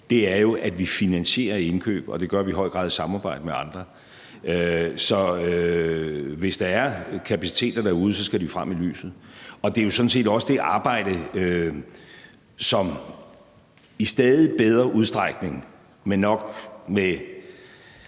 frem i går, at vi finansierer indkøb, og det gør vi i høj grad i samarbejde med andre. Så hvis der er kapaciteter derude, skal de frem i lyset. Det er jo sådan set også i forbindelse med det arbejde, som i stadig bedre udstrækning, men nok med